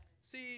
See